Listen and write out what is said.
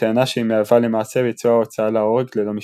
בטענה שהיא מהווה למעשה ביצוע הוצאה להורג ללא משפט.